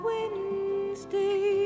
Wednesday